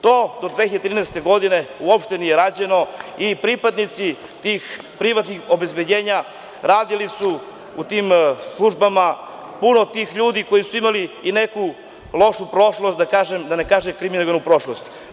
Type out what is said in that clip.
To do 2013. godine uopšte nije rađeno i pripadnici tih privatnih obezbeđenja radili su u tim službama, puno tih ljudi koji su imali neku lošu prošlost, da ne kažem kriminalnu prošlost.